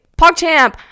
PogChamp